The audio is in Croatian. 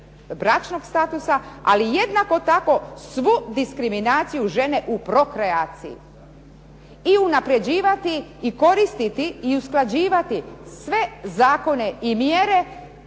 bračnog statusa, ali jednako tako svu diskriminaciju žene u prokreaciji i unapređivati i koristiti i usklađivati sve zakone i mjere